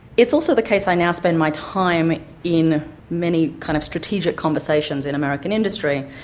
it's also the case i now spend my time in many kind of strategic conversations in american industry,